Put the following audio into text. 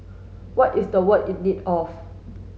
what is the world in need of